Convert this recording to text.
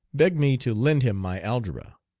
begged me to lend him my algebra.